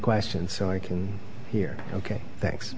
question so i can hear ok thanks